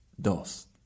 dos